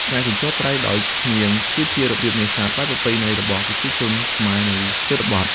ការជញ្ជាត់ត្រីដោយឈ្នាង គឺជារបៀបនេសាទបែបប្រពៃណីរបស់ប្រជាជនខ្មែរនៅជនបទ។